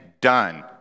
done